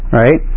right